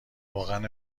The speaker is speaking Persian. روغن